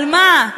על מה?